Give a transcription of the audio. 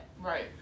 right